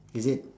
is it